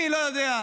אני לא יודע.